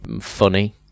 funny